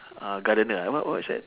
uh gardener what what's that